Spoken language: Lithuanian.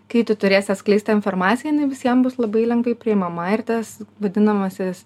kai tu turės atskleistą informaciją jinai visiems bus labai lengvai priimama ir tas vadinamasis